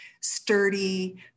sturdy